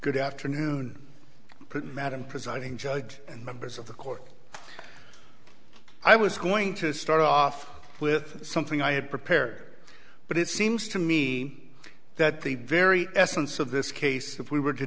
good afternoon madam presiding judge and members of the court i was going to start off with something i had prepared but it seems to me that the very essence of this case if we were to